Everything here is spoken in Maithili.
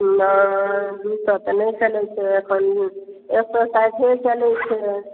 ई तऽ चलै छलै अखन एक सए साठि चलैत रहै